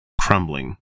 Crumbling